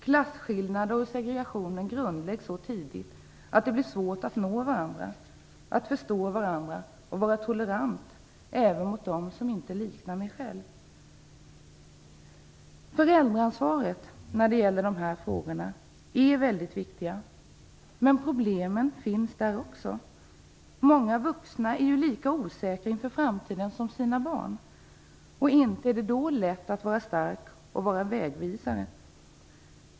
Klasskillnaden och segregationen grundläggs så tidigt att det blir svårt för oss att nå varandra, att förstå varandra och vara toleranta även mot dem som inte liknar oss själva. Föräldraansvaret när det gäller dessa frågor är väldigt viktigt. Men det finns problem också där. Många vuxna är ju lika osäkra inför framtiden som sina barn. Då är det inte lätt att vara stark och att vara vägvisare.